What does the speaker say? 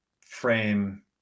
frame